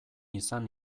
izan